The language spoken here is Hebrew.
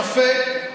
יפה,